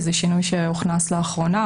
זה שינוי שהוכנס לאחרונה.